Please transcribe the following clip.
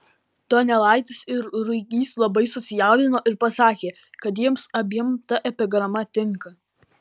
donelaitis ir ruigys labai susijaudino ir pasakė kad jiems abiem ta epigrama tinka